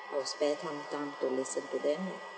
will spare some time to listen to them lah